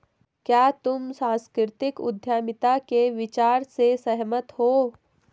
क्या तुम सांस्कृतिक उद्यमिता के विचार से सहमत हो?